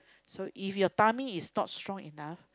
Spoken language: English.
so if your tummy is not strong enough